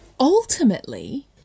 Ultimately